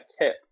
tip